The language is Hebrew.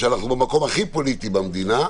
שאנחנו המקום הכי פוליטי במדינה,